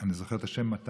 אני זוכר את השם מתניה.